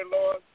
Lord